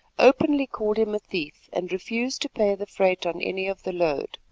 openly called him a thief and refused to pay the freight on any of the load.